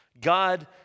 God